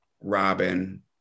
Robin